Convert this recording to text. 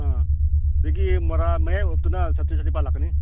ꯑꯥ ꯑꯗꯒꯤ ꯃꯣꯔꯥ ꯃꯌꯥꯏ ꯋꯥꯏꯔꯞꯇꯨꯅ ꯆꯥꯇ꯭ꯔꯦꯠ ꯆꯅꯤꯄꯥꯟ ꯂꯥꯛꯀꯅꯤ